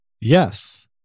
Yes